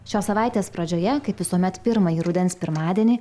šios savaitės pradžioje kaip visuomet pirmąjį rudens pirmadienį